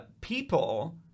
people